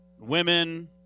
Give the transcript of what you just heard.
women